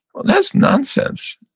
and that's nonsense.